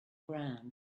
ground